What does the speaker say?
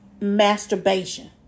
masturbation